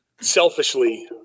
selfishly